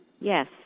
Yes